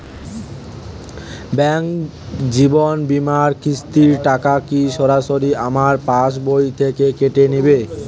Bank জীবন বিমার কিস্তির টাকা কি সরাসরি আমার পাশ বই থেকে কেটে নিবে?